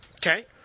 Okay